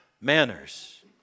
manners